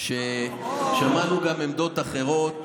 ששמענו גם עמדות אחרות,